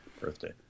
birthday